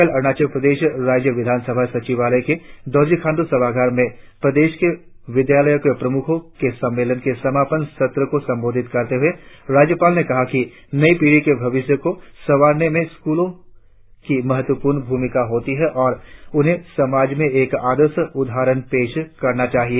कल अरुणाचल प्रदेश राज्य विधानसभा सचिवालय के दोरजी खांडू सभागार में प्रदेश के विद्यालयों के प्रमुखों के सम्मेलन के समापन सत्र को संबोधित करते हुए राज्यपाल ने कहा कि नई पीढ़ी के भविष्य को सवारने में स्कूलों की महत्वपूर्ण भूमिका होती है और उन्हें समाज में एक आदर्श उदाहरण पेश करना चाहिए